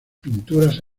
pinturas